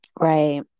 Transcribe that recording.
Right